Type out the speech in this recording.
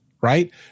Right